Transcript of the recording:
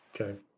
Okay